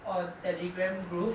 on telegram group